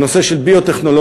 בנושא של ביו-טכנולוגיה,